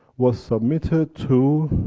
was submitted to